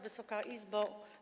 Wysoka Izbo!